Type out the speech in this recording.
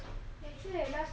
花样人间